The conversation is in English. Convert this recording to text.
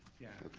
yeah,